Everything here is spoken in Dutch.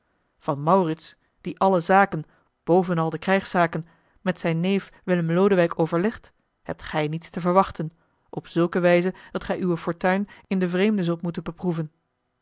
van maurits die alle zaken bovenal de knjgszaken met zijn neef willem lodewijk overlegt hebt gij niets te verwachten op zulke wijze dat gij uw fortuin in den vreemde zult moeten beproeven